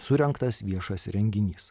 surengtas viešas renginys